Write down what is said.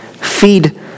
feed